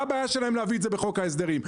מה הבעיה שלהם להביא את זה בחוק ההסדרים?